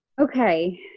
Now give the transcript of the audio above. Okay